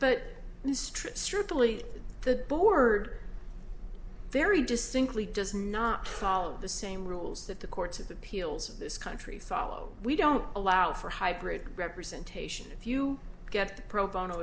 true strictly the board very distinctly does not follow the same rules that the courts of appeals of this country follow we don't allow for hybrid representation if you get the pro bono